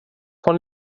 von